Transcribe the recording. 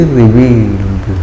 revealed